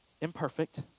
imperfect